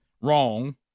wrong